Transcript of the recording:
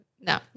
No